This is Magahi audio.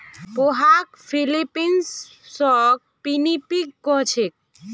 पोहाक फ़िलीपीन्सत पिनीपिग कह छेक